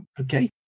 Okay